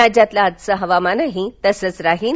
राज्यातलं आजचं हवामानही तसंच राहील